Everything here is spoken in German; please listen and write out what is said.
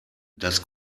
das